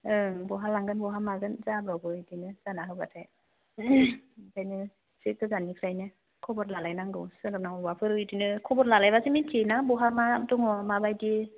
ओं बहा लांगोन बहा मागोन जाबावो इदिनो जाना होब्लाथाय बेखायनो एसे गोजाननिफ्रायनो खबर लालायनांगौ सोरनावबाफोर बिदिनो खबर लालायब्लासो मिन्थियोना बहा मा दङ माबायदि